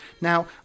Now